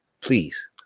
please